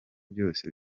byose